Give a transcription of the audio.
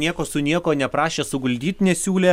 nieko su nieko neprašė suguldyt nesiūlė